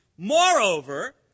Moreover